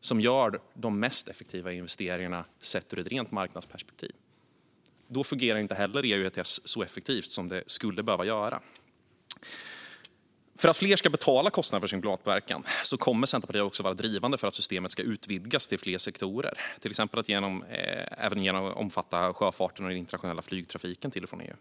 som gör de mest effektiva investeringarna sett ur ett rent marknadsperspektiv. Då fungerar inte heller ETS så effektivt som det skulle behöva göra. För att fler ska betala kostnaderna för sin klimatpåverkan kommer Centerpartiet att vara drivande för att systemet ska utvidgas till fler sektorer, till exempel genom att omfatta sjöfarten och den internationella flygtrafiken till och från EU.